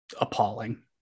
appalling